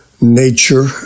nature